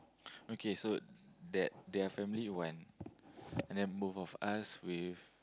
okay so that their family one and then both of us with